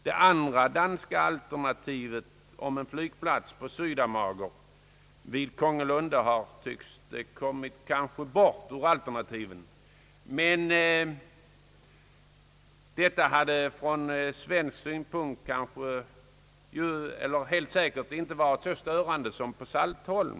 Det andra danska alternativet om en flygplats på Sydamager vid Kongelunden tycks ha kommit bort ur bilden. Det alternativet hade från svensk synpunkt helt säkert inte varit så störande som Saltholmsalternativet.